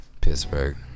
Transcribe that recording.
Pittsburgh